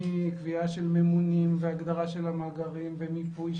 מקביעה של ממונים ועד הגדרה של המאגרים ומיפוי.